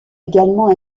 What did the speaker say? également